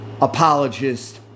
Apologist